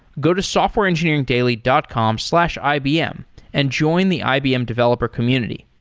go to softwareengineeringdaily dot com slash ibm and join the ibm developer community.